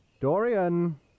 Dorian